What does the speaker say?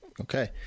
Okay